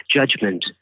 judgment